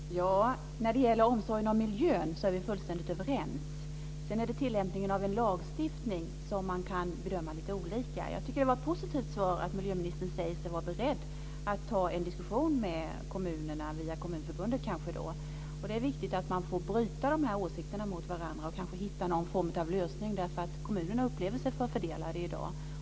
Fru talman! När det gäller omsorgen om miljön är vi fullständigt överens. Sedan kan man bedöma tilllämpningen av en lagstiftning lite olika. Jag tycker att det var positivt att miljöministern säger sig vara beredd att ta en diskussion med kommunerna. Kanske kan det bli via Kommunförbundet. Det är viktigt att man får bryta de här åsikterna mot varandra och kanske hitta någon form av lösning. Kommunerna upplever sig förfördelade i dag.